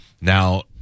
Now